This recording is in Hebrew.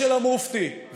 של המופתי,